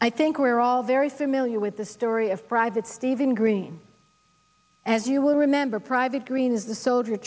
i think we're all very familiar with the story of private steven green as you will remember private green is the soldier